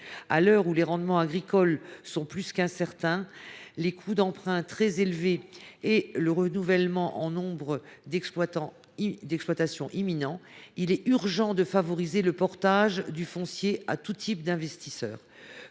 À l’heure où les rendements agricoles sont plus incertains que jamais et les coûts d’emprunt très élevés, et alors que le renouvellement de nombre d’exploitations est imminent, il est urgent de favoriser le portage du foncier à tout type d’investisseurs.